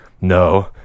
no